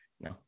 no